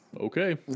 Okay